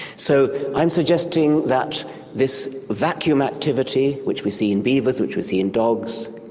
so i'm suggesting that this vacuum activity which we see in beavers, which we see in dogs,